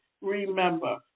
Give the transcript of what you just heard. remember